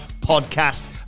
podcast